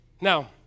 Now